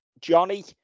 Johnny